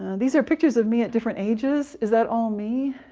these are pictures of me at different ages. is that all me?